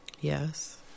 yes